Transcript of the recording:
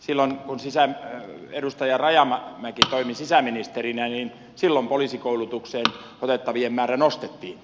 silloin kun edustaja rajamäki toimi sisäministerinä poliisikoulutukseen otettavien määrää nostettiin